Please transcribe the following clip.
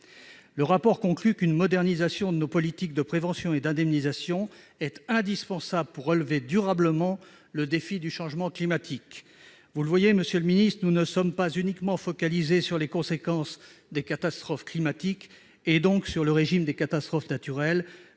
Le rapport conclut qu'une modernisation de nos politiques de prévention et d'indemnisation est indispensable pour relever durablement le défi du changement climatique. Vous le voyez, monsieur le ministre, nous ne nous sommes pas uniquement focalisés sur les conséquences des catastrophes climatiques et donc sur le régime de catastrophe naturelle,